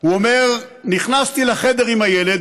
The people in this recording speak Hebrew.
הוא אומר: נכנסתי לחדר עם הילד,